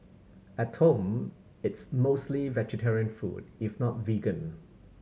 at home it's mostly vegetarian food if not vegan